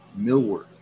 millwork